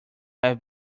have